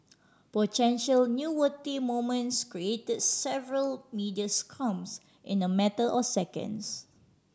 potential newsworthy moments create several media scrums in a matter of seconds